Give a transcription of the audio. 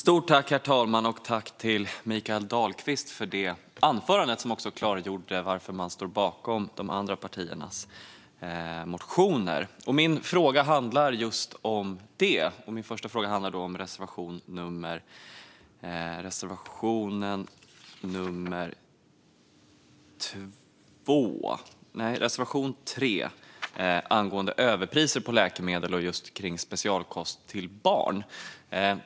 Herr talman! Tack, Mikael Dahlqvist, för det anförandet, som också klargjorde varför man står bakom de andra partiernas motioner! Mina frågor handlar just om det. Min första fråga handlar om reservation nummer 3 om överpriser på läkemedel och specialkost till barn.